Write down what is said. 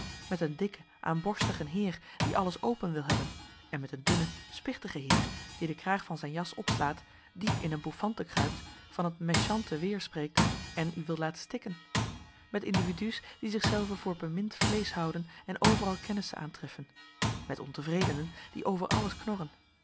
met een dikken aanborstigen heer die alles open wil hebben en met een dunnen spichtigen heer die den kraag van zijn jas opslaat diep in een bouffante kruipt van t méchante weer spreekt en u wil laten stikken met individu's die zichzelven voor bemind vleesch houden en overal kennissen aantreffen met ontevredenen die over alles knorren